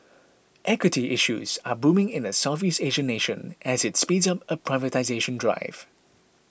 equity issues are booming in the Southeast Asian nation as it speeds up a privatisation drive